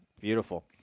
Beautiful